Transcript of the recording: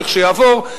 לכשיעבור,